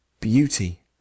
beauty